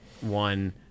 one